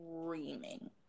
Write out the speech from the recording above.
screaming